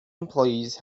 employees